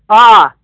آ